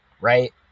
Right